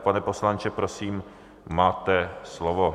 Pane poslanče, prosím máte slovo.